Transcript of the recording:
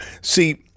See